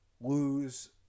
lose